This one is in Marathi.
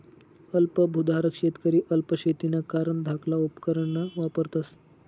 अल्प भुधारक शेतकरी अल्प शेतीना कारण धाकला उपकरणं वापरतस